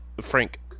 Frank